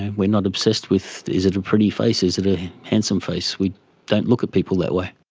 and we are not obsessed with is it a pretty face, is it a handsome face, we don't look at people that way.